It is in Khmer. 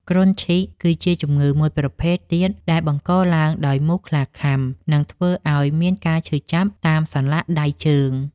គ្រុនឈីក គឺជាជំងឺមួយប្រភេទទៀតដែលបង្កឡើងដោយមូសខ្លាខាំ និងធ្វើឱ្យមានការឈឺចាប់តាមសន្លាក់ដៃជើង។